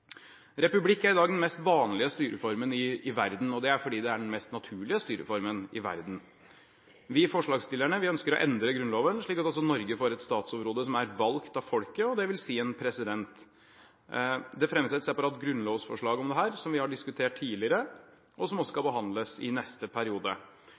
Republikk er i dag den mest vanlige styreformen i verden, og det er fordi det er den mest naturlige styreformen i verden. Vi – forslagsstillerne – ønsker å endre Grunnloven, slik at også Norge får et statsoverhode som er valgt av folket, dvs. en president. Det fremmes et separat grunnlovsforslag om dette, som vi har diskutert tidligere, og som